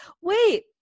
wait